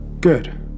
Good